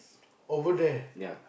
over that